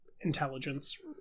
intelligence